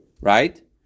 right